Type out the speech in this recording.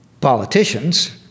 politicians